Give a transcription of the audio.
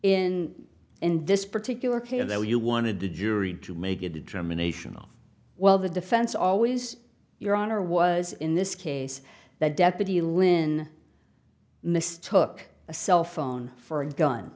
in in this particular case and there you wanted the jury to make a determination off while the defense always your honor was in this case the deputy lynn mistook a cell phone for a gun